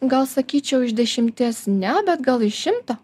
gal sakyčiau iš dešimties ne bet gal iš šimto